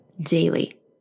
daily